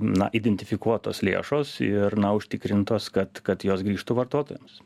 na identifikuotos lėšos ir na užtikrintos kad kad jos grįžtų vartotojams